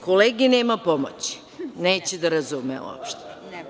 Kolegi nema pomoći, neće da razume uopšte.